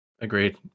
Agreed